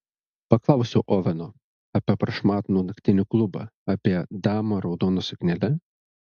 paklausiau oveno apie prašmatnų naktinį klubą apie damą raudona suknele